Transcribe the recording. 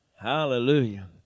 Hallelujah